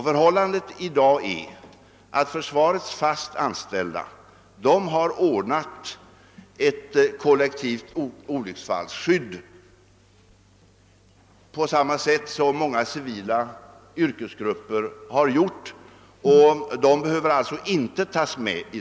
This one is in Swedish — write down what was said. Försvarets fast anställda har i dag ordnat ett kollektivt olycksfallsskydd på samma sätt som många civila yrkesgrupper har gjort. De behöver alltså inte tas med.